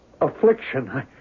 affliction